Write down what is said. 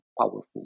powerful